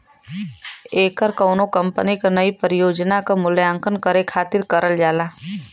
ऐकर कउनो कंपनी क नई परियोजना क मूल्यांकन करे खातिर करल जाला